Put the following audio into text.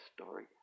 story